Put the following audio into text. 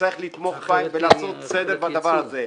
שצריך לתמוך בהן ולעשות סדר בדבר הזה.